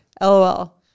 lol